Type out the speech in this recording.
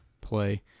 play